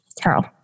Carol